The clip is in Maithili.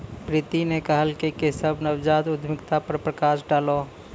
प्रीति न कहलकै केशव नवजात उद्यमिता पर प्रकाश डालौ